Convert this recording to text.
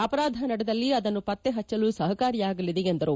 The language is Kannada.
ಅಪರಾಧ ನಡೆದಲ್ಲಿ ಅದನ್ನು ಪತ್ತೆಹಚ್ಚಲು ಸಹಕಾರಿಯಾಗಲಿದೆ ಎಂದರು